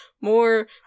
more